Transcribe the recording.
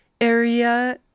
area